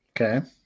Okay